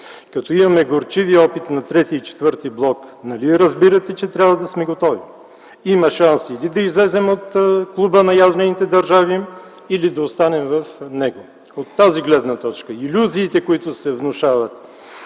Като имаме горчивия опит на трети и четвърти блок, нали разбирате, че трябва да сме готови?! Има шанс или да излезем от клуба на ядрените държави, или да останем в него. От тази гледна точка илюзиите, които се внушават,